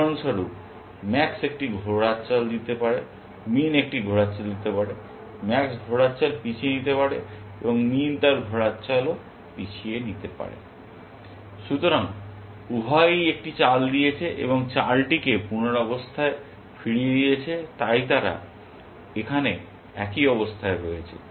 উদাহরণস্বরূপ ম্যাক্স একটি ঘোড়ার চাল দিতে পারে মিন একটি ঘোড়ার চাল দিতে পারে ম্যাক্স ঘোড়ার চাল পিছিয়ে নিতে পারে এবং মিন তার ঘোড়ার চাল পিছিয়ে নিতে পারে। সুতরাং উভয়ই একটি চাল দিয়েছে এবং চালটিকে পূর্বাবস্থায় ফিরিয়ে দিয়েছে এবং তাই তারা এখানে একই অবস্থায় রয়েছে